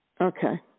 Okay